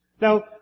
Now